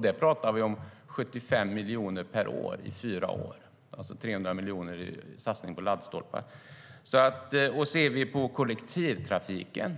Där pratar vi om 75 miljoner per år i fyra år, alltså 300 miljoner, i en satsning på laddstolpar. Ser vi på kollektivtrafiken,